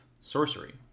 Sorcery